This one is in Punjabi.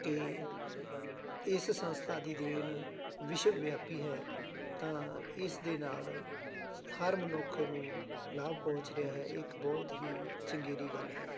ਕਿ ਇਸ ਸੰਸਥਾ ਦੀ ਦੇਣ ਵਿਸ਼ਵ ਵਿਆਪੀ ਹੈ ਤਾਂ ਇਸ ਦੇ ਨਾਲ ਹਰ ਮਨੁੱਖ ਨੂੰ ਲਾਭ ਪਹੁੰਚ ਰਿਹਾ ਹੈ ਇੱਕ ਬਹੁਤ ਹੀ ਚੰਗੇਰੀ ਗੱਲ ਹੈ